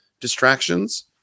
distractions